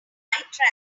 tracker